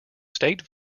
state